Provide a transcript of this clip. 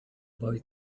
boy